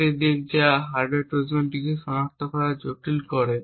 আরেকটি দিক যা একটি হার্ডওয়্যার ট্রোজান সনাক্তকরণকে জটিল করে